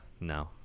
no